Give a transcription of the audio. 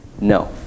no